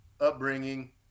upbringing